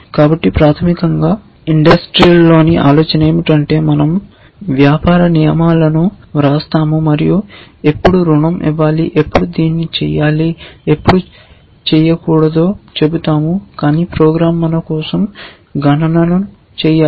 కాబట్టి ప్రాథమికంగా ఇండస్ట్రీలోని ఆలోచన ఏమిటంటే మనం వ్యాపార నియమాల ను వ్రాస్తాము మరియు ఎప్పుడు రుణం ఇవ్వాలో ఎప్పుడు దీన్ని చేయాలో ఎప్పుడు చేయకూడదు చెబుతాము కానీ ప్రోగ్రామ్ మన కోసం గణనలను చేయాలి